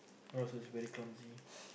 also it's very clumsy